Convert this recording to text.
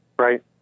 Right